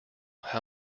how